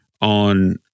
on